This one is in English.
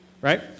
right